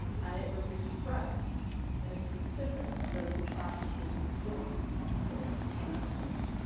and it was expressed in a specific political practices and forms of thought, forms of thinking.